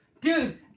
Dude